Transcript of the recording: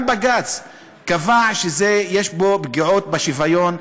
גם בג"ץ קבע שיש בו פגיעות בשוויון,